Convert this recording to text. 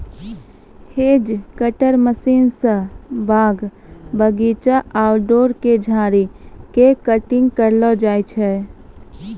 hedge cutter machine स बाग बगीचा, आउटडोर के झाड़ी के कटिंग करलो जाय छै